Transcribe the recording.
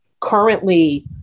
Currently